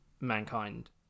mankind